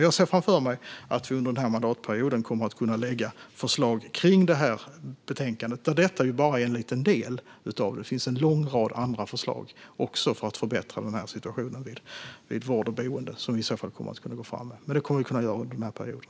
Jag ser framför mig att vi under den här mandatperioden kommer att kunna lägga förslag kring det här betänkandet där detta bara är en liten del. Det finns en lång rad andra förslag också för att förbättra den här situationen vid vårdnad och boende som vi i så fall kommer att kunna gå fram med. Det kommer vi att kunna göra under den här perioden.